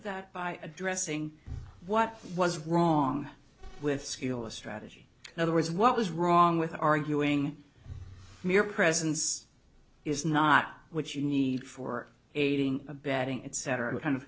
that by addressing what was wrong with skill a strategy in other words what was wrong with arguing mere presence is not what you need for aiding abetting etc what kind of